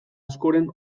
askoren